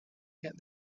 get